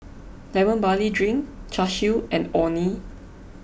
Lemon Barley Drink Char Siu and Orh Nee